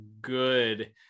good